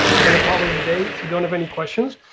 we're gonna call it it a day if you don't have any questions.